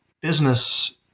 business